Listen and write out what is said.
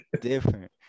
different